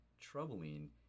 troubling